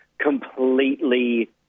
completely